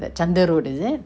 the chander road is it